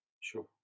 Sure